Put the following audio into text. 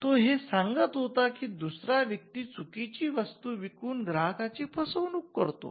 तो हे सांगत होता की दुसरा व्यक्ती चुकीची वस्तू विकून ग्राहकांची फसवणूक करतो